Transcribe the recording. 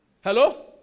Hello